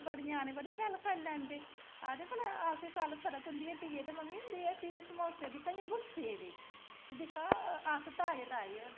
गंदम दी बजाई दै बेल्लै बी जेह्ड़ा बीऽ चाही दा होऐ गंदम दा साढ़ै इध्दर नत्ती सताह्ट जां दूआ इक सौ शयासी बगैरा इस्तेमात करने आं अस